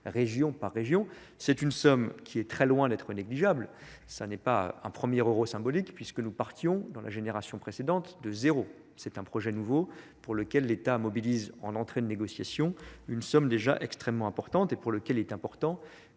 région par région c'est une somme qui est très loin d'être négligeable ce n'est pas un premier euro symbolique puisque nous partions dans la génération précédente de zéro c'est un projet nouveau pour lequel l'état mobilise en entrée de négociations une somme déjà extrêmement importante et pour laquelle il est important